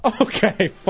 Okay